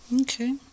Okay